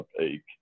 ache